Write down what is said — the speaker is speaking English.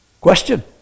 question